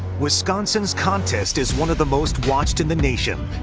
wisconsin's contest is one of the most-watched in the nation.